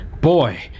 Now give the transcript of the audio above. boy